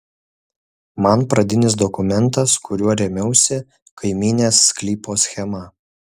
man pradinis dokumentas kuriuo rėmiausi kaimynės sklypo schema